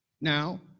Now